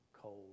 cold